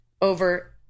over